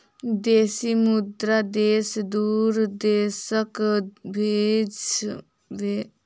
विदेशी मुद्रा सेवा दू देशक बीच भेल व्यापार मे एक देश के मुद्रा दोसर देश मे भेजनाइ भेलै